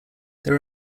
there